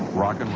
rock um